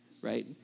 right